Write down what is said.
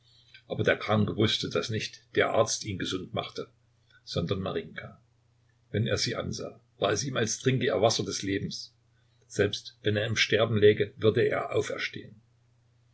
aber der kranke wußte daß nicht der arzt ihn gesund machte sondern marinjka wenn er sie ansah war es ihm als trinke er wasser des lebens selbst wenn er im sterben läge würde er auferstehen